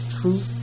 Truth